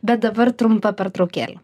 bet dabar trumpa pertraukėlė